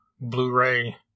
Blu-ray